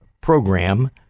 program